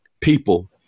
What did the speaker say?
people